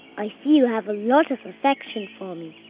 i see you have a lot of affection for me.